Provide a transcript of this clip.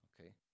okay